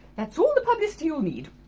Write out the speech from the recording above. that's all the publicity you'll need!